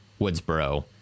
Woodsboro